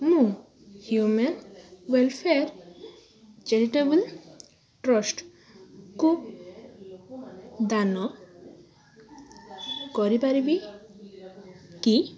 ମୁଁ human welfare charitable ଟ୍ରଷ୍ଟକୁ ଦାନ କରିପାରିବି କି